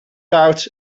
out